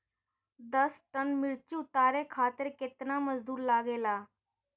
दस टन मिर्च उतारे खातीर केतना मजदुर लागेला?